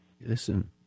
Listen